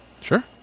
Sure